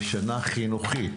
בשנה חינוכית,